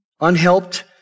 unhelped